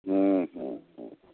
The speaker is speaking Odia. ହୁଁ ହୁଁ ହୁଁ